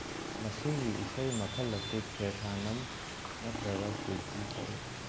ꯃꯁꯤꯒꯤ ꯏꯁꯩꯒꯤ ꯃꯈꯜ ꯑꯁꯤ ꯈꯦꯔꯊꯥꯅꯝ ꯅꯠꯇ꯭ꯔꯒ ꯀꯤꯔꯇꯤ ꯀꯧꯋꯤ